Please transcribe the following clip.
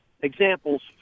examples